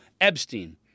Epstein